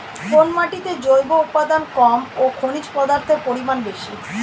কোন মাটিতে জৈব উপাদান কম ও খনিজ পদার্থের পরিমাণ বেশি?